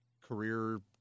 career